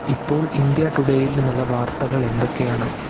ഇപ്പോൾ ഇന്ത്യ ടുഡേയിൽ നിന്നുള്ള വാർത്തകൾ എന്തൊക്കെയാണ്